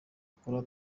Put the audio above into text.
akora